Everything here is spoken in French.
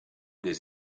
des